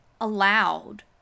allowed